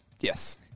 Yes